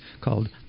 called